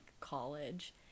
college